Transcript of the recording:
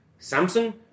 Samsung